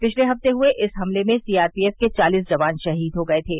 पिछले हफ्ते हुए इस हमले में सीआरपीएफ के चालिस जवान शहीद हो गये थे